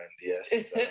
yes